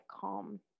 calm